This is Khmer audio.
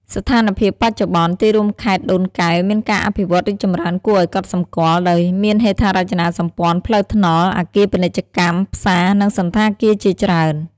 ស្ថានភាពបច្ចុប្បន្ន ទីរួមខេត្តដូនកែវមានការអភិវឌ្ឍរីកចម្រើនគួរឱ្យកត់សម្គាល់ ដោយមានហេដ្ឋារចនាសម្ព័ន្ធផ្លូវថ្នល់ អគារពាណិជ្ជកម្ម ផ្សារ និងសណ្ឋាគារជាច្រើន។